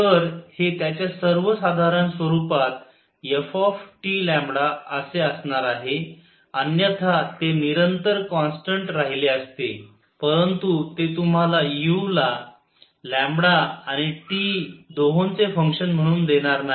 तर हे त्याच्या सर्वसाधारण स्वरुपात fTλ असे असणार आहे अन्यथा ते निरंतर कॉन्स्टन्ट राहिले असते परंतु ते तुम्हाला u ला आणि T दोहोंचे फंक्शन म्हणून देणार नाही